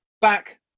back